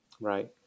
Right